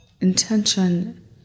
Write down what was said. intention